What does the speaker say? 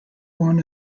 born